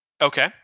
Okay